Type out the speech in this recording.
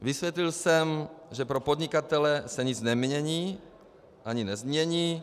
Vysvětlil jsem, že pro podnikatele se nic nemění ani nezmění.